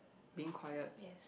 being quiet